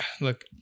look